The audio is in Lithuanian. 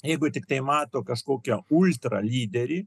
jeigu tiktai mato kažkokią ultra lyderį